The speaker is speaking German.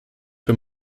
für